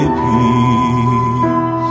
peace